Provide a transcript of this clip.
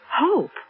Hope